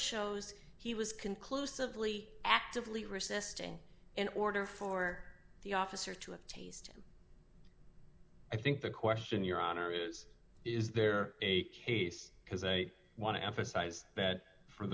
shows he was conclusively actively resisting in order for the officer to a taste i think the question your honor is is there a case because i want to emphasize that for